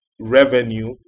revenue